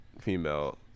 female